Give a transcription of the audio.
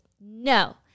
No